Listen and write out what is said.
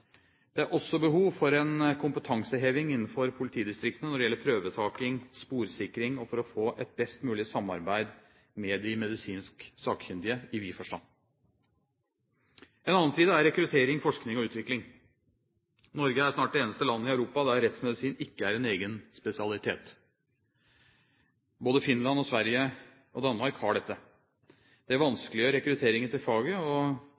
Det er også behov for en kompetanseheving innenfor politidistriktene når det gjelder prøvetaking og sporsikring, og for å få et best mulig samarbeid med de medisinsk sakkyndige i vid forstand. En annen side er rekruttering, forskning og utvikling. Norge er snart det eneste landet i Europa der rettsmedisin ikke er en egen spesialitet. Både Finland, Sverige og Danmark har dette. Det vanskeliggjør rekrutteringen til faget, og